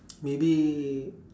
maybe